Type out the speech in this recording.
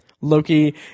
Loki